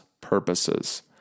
purposes